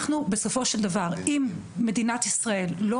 אם מדינת ישראל לא